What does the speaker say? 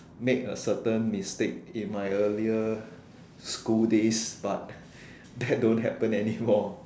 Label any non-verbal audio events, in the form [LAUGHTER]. made a certain mistake in my earlier school days but that don't happen anymore [LAUGHS]